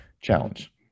challenge